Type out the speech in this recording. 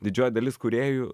didžioji dalis kūrėjų